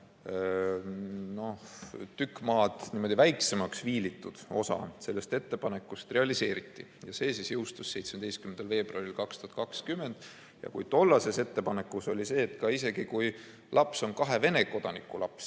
tükk maad väiksemaks viilitud osa sellest ettepanekust realiseeriti ja see siis jõustus 17. veebruaril 2020. Ja kui tollases ettepanekus oli lahendus, et isegi kui laps on kahe Venemaa kodaniku laps,